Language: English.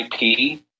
IP